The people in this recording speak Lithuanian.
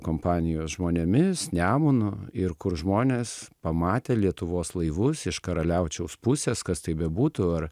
kompanijos žmonėmis nemunu ir kur žmonės pamatę lietuvos laivus iš karaliaučiaus pusės kas tai bebūtų ar